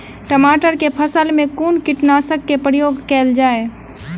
टमाटर केँ फसल मे कुन कीटनासक केँ प्रयोग कैल जाय?